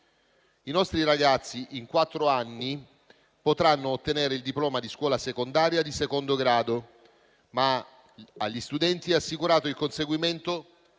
I nostri ragazzi in quattro anni potranno ottenere il diploma di scuola secondaria di secondo grado, ma agli studenti è assicurato il conseguimento